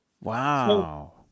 Wow